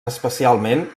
especialment